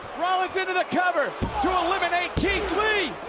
rollins into the cover to eliminate keith lee.